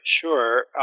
sure